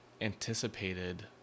anticipated